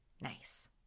Nice